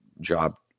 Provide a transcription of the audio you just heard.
job